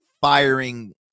firing